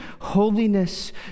holiness